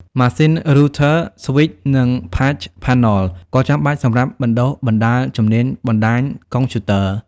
ម៉ាស៊ីន Router, Switch និង patch panel ក៏ចាំបាច់សម្រាប់បណ្តុះបណ្តាលជំនាញបណ្តាញកុំព្យូទ័រ។